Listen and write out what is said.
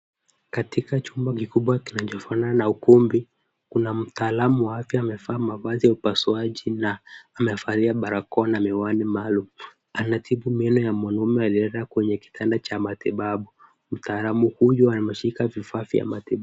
Katika chumba kikubwa kinachofanana na ukumbi, kuna mtaalamu wa afya amevaa mavazi ya upasuaji na amevalia barakoa na miwani maalum. Anatibu meno ya mwanaume ambaye amelala kwenye kitanda cha matibabu. Mtaalamu huyu ameshika vifaa vya matibabu.